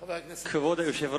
חבר הכנסת צרצור.